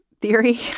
theory